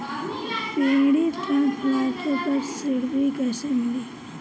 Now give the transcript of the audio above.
Paddy transplanter पर subsidy कैसे मिली?